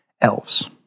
elves